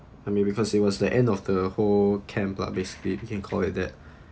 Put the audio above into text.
I mean the consumers the end of the whole camp lah basically you can call it that